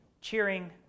cheering